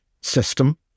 system